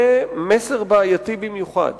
זה מסר בעייתי במיוחד,